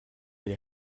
allé